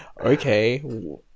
okay